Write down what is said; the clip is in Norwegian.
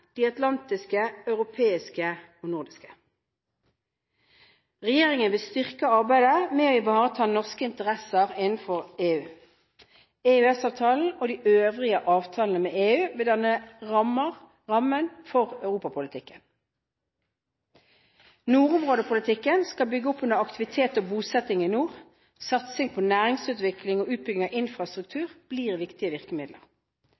de atlantiske, europeiske og nordiske. Regjeringen vil styrke arbeidet med å ivareta norske interesser overfor EU. EØS-avtalen, og de øvrige avtalene med EU, vil danne rammen for europapolitikken. Nordområdepolitikken skal bygge opp under aktivitet og bosetting i nord. Satsing på næringsutvikling og utbygging av infrastruktur blir viktige virkemidler.